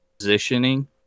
positioning